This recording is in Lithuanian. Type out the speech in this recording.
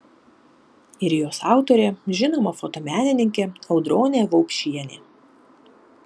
ir jos autorė žinoma fotomenininkė audronė vaupšienė